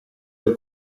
del